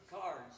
cards